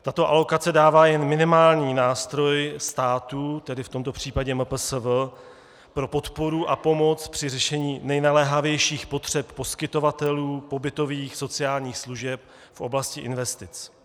Tato alokace dává jen minimální nástroj státu, tedy v tomto případě MPSV, pro podporu a pomoc při řešení nejnaléhavějších potřeb poskytovatelů pobytových sociálních služeb v oblasti investic.